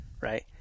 Right